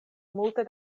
multe